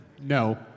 No